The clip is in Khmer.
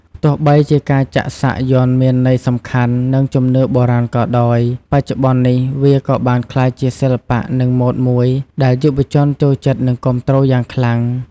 ទោះបីជាការចាក់សាក់យ័ន្តមានន័យសំខាន់ និងជំនឿបុរាណក៏ដោយ បច្ចុប្បន្ននេះវាក៏បានក្លាយជាសិល្បៈនិងម៉ូដមួយដែលយុវជនចូលចិត្ត និងគាំទ្រយ៉ាងខ្លាំង។